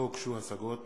לא הוגשו השגות